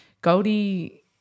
Goldie